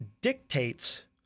dictates